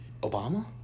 Obama